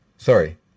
Sorry